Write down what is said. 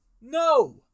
No